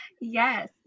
yes